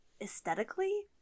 aesthetically